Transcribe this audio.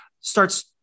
starts